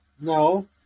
No